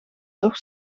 toch